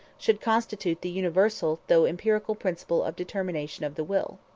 should constitute the universal though empirical principle of determination of the will.